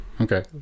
Okay